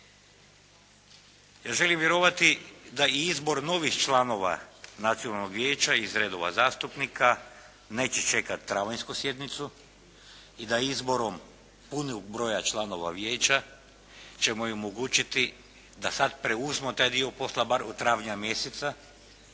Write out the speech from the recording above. Ja želim vjerovati da i izbor novih članova nacionalnog vijeća iz redova zastupnika neće čekati travanjsku sjednicu i da izborom punog broja članova vijeća ćemo omogućiti da sad preuzmu taj dio posla bar od travnja mjeseca